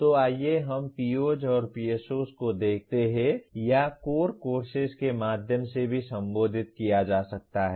तो आइए हम POs और PSOs को देखते हैं या कोर कोर्स के माध्यम से भी संबोधित किया जा सकता है